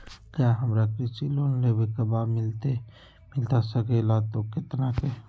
क्या हमारा कृषि लोन लेवे का बा मिलता सके ला तो कितना के?